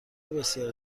بسیار